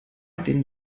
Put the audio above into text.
den